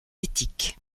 éthique